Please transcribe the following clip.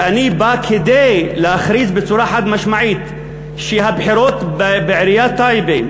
שאני בא כדי להכריז בצורה חד-משמעית שהבחירות בעיריית טייבה,